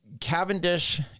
Cavendish